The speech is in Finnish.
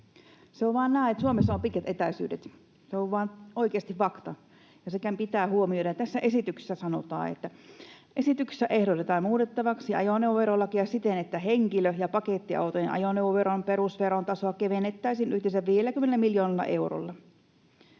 Se on vaan näin, että Suomessa on pitkät etäisyydet. Se on oikeasti vaan fakta, ja sekin pitää huomioida. Tässä esityksessä sanotaan, että ”esityksessä ehdotetaan muutettavaksi ajoneuvoverolakia siten, että henkilö‑ ja pakettiautojen ajoneuvoveron perusveron tasoa kevennettäisiin yhteensä 50 miljoonalla eurolla”.